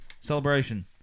Celebration